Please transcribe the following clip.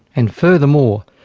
and furthermore,